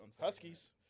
Huskies